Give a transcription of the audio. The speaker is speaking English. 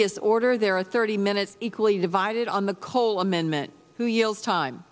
is order there are thirty minutes equally divided on the cole amendment who yells time